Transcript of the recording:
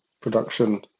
production